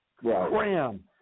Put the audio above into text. Cram